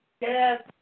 Yes